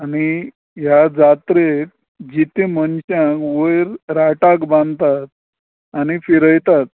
आनी ह्या जात्रेक जितें मनशांक वयर राटाक बानता आनी फिरयतात